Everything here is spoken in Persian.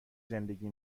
زندگی